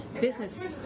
business